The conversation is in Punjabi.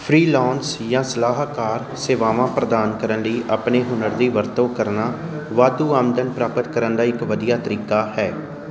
ਫ੍ਰੀਲੋਂਸ ਜਾਂ ਸਲਾਹਕਾਰ ਸੇਵਾਵਾਂ ਪ੍ਰਦਾਨ ਕਰਨ ਲਈ ਆਪਣੇ ਹੁਨਰ ਦੀ ਵਰਤੋਂ ਕਰਨਾ ਵਾਧੂ ਆਮਦਨ ਪ੍ਰਾਪਤ ਕਰਨ ਦਾ ਇੱਕ ਵਧੀਆ ਤਰੀਕਾ ਹੈ